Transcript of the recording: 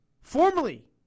formerly